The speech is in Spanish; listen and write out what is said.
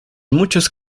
muchos